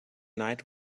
night